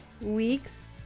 weeks